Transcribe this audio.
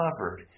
covered